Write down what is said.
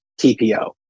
TPO